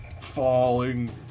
falling